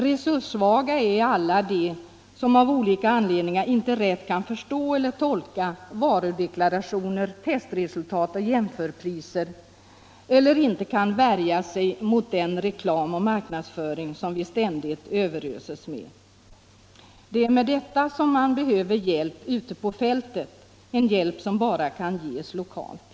Resurssvaga är alla de som av olika anledningar inte rätt kan förstå eller tolka varudeklarationer, testresultat och jämförelsepriser eller inte kan värja sig mot den reklam och marknadsföring som vi ständigt överöses med. Det är detta man behöver hjälp med ute på fältet, en hjälp som bara kan ges lokalt.